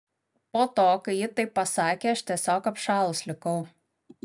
po to kai ji taip pasakė aš tiesiog apšalus likau